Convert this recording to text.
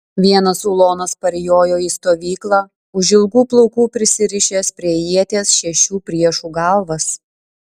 vienas ulonas parjojo į stovyklą už ilgų plaukų prisirišęs prie ieties šešių priešų galvas